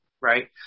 right